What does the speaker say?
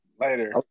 Later